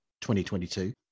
2022